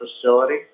facility